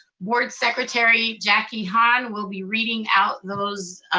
board secretary jackie hann will be reading out those